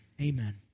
Amen